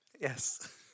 Yes